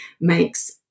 makes